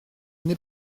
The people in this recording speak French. n’est